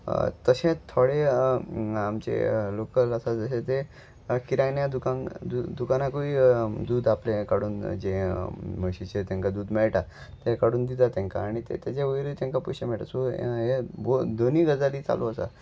तशेंच थोडे आमचे लोकल आसा जशें ते किरायण्या दुकान दुकानकूय दूद आपलें काडून जे म्हशीचे तांकां दूद मेळटा ते काडून दिता तांकां आनी ते तेजे वयरूय तांकां पयशे मेळटा सो हे दोनीय गजाली चालू आसा